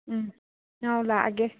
ꯎꯝ ꯑꯥꯎ ꯂꯥꯛꯑꯒꯦ